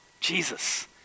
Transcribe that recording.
Jesus